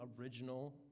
original